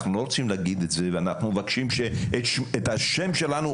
אנחנו לא רוצים להגיד את זה ואנחנו מבקשים שלא תזכיר השם שלנו.